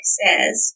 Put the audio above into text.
says